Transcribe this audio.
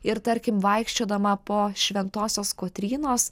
ir tarkim vaikščiodama po šventosios kotrynos